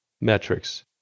metrics